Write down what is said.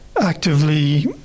actively